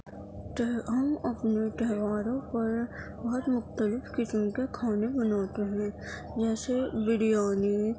تو ہم اپنے تہواروں پر بہت مختلف قسم کے کھانے بناتے ہیں جیسے بریانی